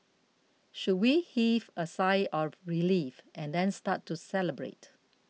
should we heave a sigh of relief and then start to celebrate